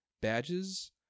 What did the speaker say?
Badges